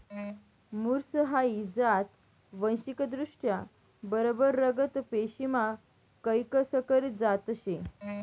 मुर्स हाई जात वांशिकदृष्ट्या बरबर रगत पेशीमा कैक संकरीत जात शे